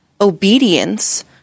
obedience